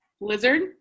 Blizzard